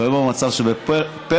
בגלל המצב שפרגולות,